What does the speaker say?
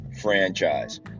franchise